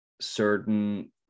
certain